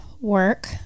work